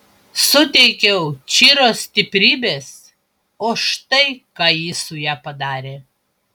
suteikiau čiro stiprybės o štai ką ji su ja padarė